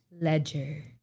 Ledger